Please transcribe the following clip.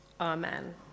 amen